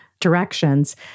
directions